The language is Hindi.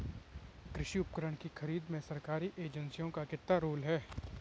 कृषि उपकरण की खरीद में सरकारी एजेंसियों का कितना रोल है?